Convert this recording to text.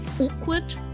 awkward